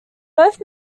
both